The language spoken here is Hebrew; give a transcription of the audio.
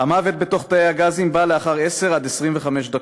"המוות בתוך תאי הגזים בא לאחר עשר עד 25 דקות.